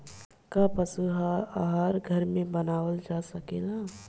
का पशु आहार घर में बनावल जा सकेला?